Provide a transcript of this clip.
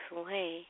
away